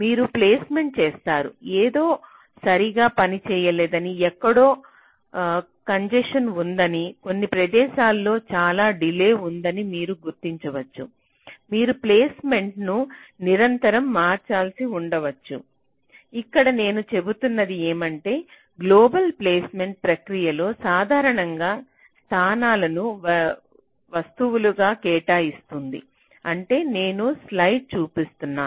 మీరు ప్లేస్మెంట్ చేస్తారు ఏదో సరిగా పనిచేయలేదని ఎక్కడో కొంజెశన్ ఉందని కొన్ని ప్రదేశాలలో చాలా డిలే ఉందని మీరు గుర్తించవచ్చు మీరు ప్లేస్మెంట్ను నిరంతరం మార్చాల్సి ఉండొచ్చు ఇక్కడ నేను చెబుతున్నది ఏమంటే గ్లోబల్ ప్లేస్మెంట్ ప్రక్రియ లో సాధారణంగా స్థానాలను వస్తువులుగా కేటాయిస్తుంది అంటే నేను స్లైడ్ను చూపిస్తాను